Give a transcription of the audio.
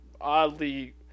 oddly